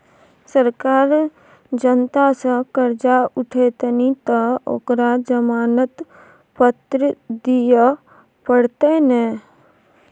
सरकार जनता सँ करजा उठेतनि तँ ओकरा जमानत पत्र दिअ पड़तै ने